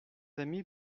amis